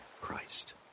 Christ